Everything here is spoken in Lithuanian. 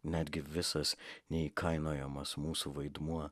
netgi visas neįkainojamas mūsų vaidmuo